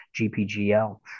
GPGL